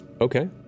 Okay